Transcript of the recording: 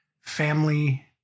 family